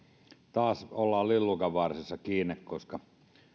taas ollaan lillukanvarsissa kiinni